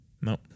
No